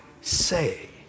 say